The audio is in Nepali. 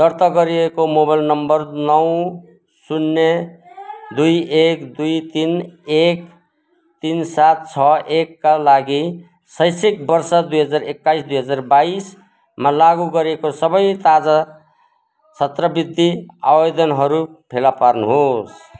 दर्ता गरिएको मोबाइल नम्बर नौ शून्य दुई एक दुई तिन एक तिन सात छ एकका लागि शैक्षिक वर्ष दुई हजार एक्काइस दुई हजार बाइसमा लागु गरिएको सबै ताजा छात्रवृत्ति आवेदनहरू फेला पार्नुहोस्